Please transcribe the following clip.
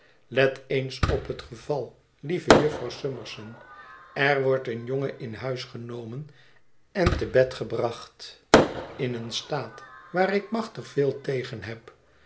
let eens op het geval lieve jufvrouw summerson er wordt een jongen in huis genomen en te bed gebracht in een staat waar ik machtig veel tegen heb